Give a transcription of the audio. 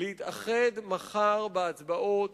להתאחד מחר בהצבעות,